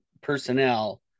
personnel